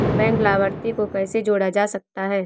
Bank लाभार्थी को कैसे जोड़ा जा सकता है?